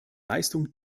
leistung